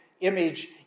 image